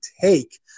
take